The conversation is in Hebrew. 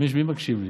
מי מקשיב לי?